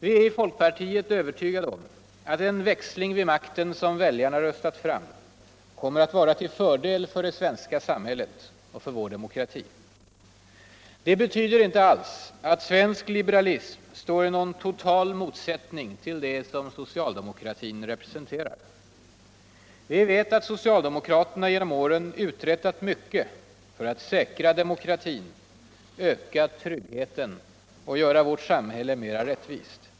Vi är i folkpartiet övertygade om avt den viäxling vid makten som viljarna röstat fram kommer att vara till fördel för det svenska samhiället och för vår demokrati. Det betyder inte alls att svensk liberalism står i någon total motsättning ull vad socialdemokratin representerar. Vi vet avt socialdemokraterna genom Ååren uträttal mycket för alt säkra demokratin, öka tryggheten och göra vårt samhälle mera rättvist.